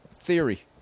theory